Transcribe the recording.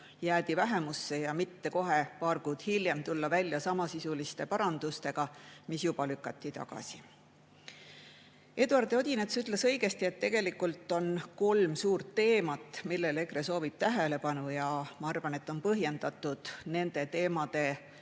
jäädi vähemusse, ja mitte kohe paar kuud hiljem tulla välja samasisuliste parandustega, mis juba lükati tagasi. Eduard Odinets ütles õigesti, et tegelikult on kolm suurt teemat, millele EKRE soovib tähelepanu pöörata. Ma arvan, et on põhjendatud nende teemade